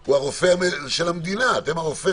הוא הרופא של המדינה.